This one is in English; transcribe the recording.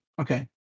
okay